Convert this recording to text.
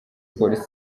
polisi